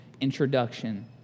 introduction